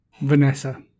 Vanessa